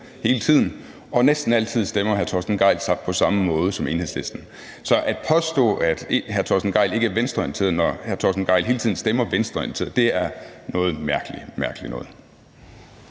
hele tiden, og hr. Torsten Gejl stemmer næsten altid på samme måde som Enhedslisten. Så at påstå, at hr. Torsten Gejl ikke er venstreorienteret, når hr. Torsten Gejl hele tiden stemmer venstreorienteret, er noget mærkeligt,